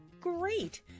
Great